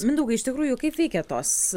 mindaugai iš tikrųjų kaip veikia tos